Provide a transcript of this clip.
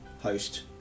host